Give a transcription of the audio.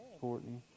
Courtney